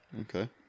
Okay